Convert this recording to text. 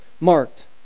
marked